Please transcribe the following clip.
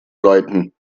läuten